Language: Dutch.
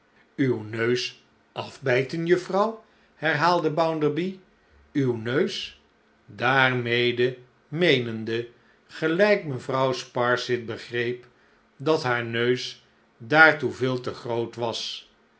uw neus afbijten juffrouw herhaalde bounderby uw neus daarmede meenende gelijk mevrouw sparsit begreep dat haar neus daartoe veel te groot was